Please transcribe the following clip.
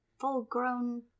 full-grown